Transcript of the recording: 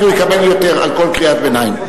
כי הוא יקבל יותר על כל קריאת ביניים,